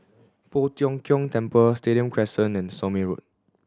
Poh Tiong Kiong Temple Stadium Crescent and Somme Road